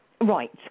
Right